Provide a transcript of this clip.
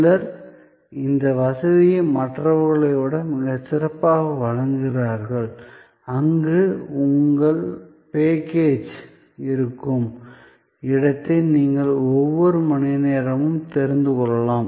சிலர் இந்த வசதியை மற்றவர்களை விட மிகச்சிறப்பாக வழங்குகிறார்கள் அங்கு உங்கள் பேக்கேஜ் இருக்கும் இடத்தை நீங்கள் ஒவ்வொரு மணி நேரமும் தெரிந்து கொள்ளலாம்